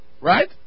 Right